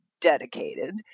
dedicated